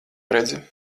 redzi